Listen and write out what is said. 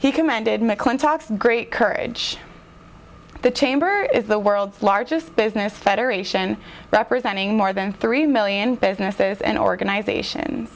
he commanded mclin talks great courage the chamber is the world's largest business federation representing more than three million businesses and organization